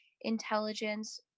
intelligence